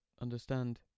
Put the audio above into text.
understand